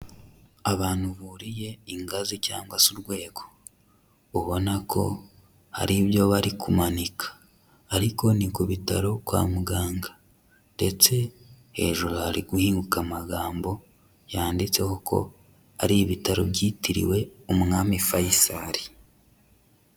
Abantu buriye ingazi cyangwa se urwego, ubona ko hari ibyo bari kumanika ariko ni ku bitaro kwa muganga ndetse hejuru hari guhinguka amagambo yanditseho ko ari ibitaro byitiriwe Umwami Faisal.